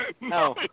No